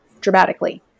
dramatically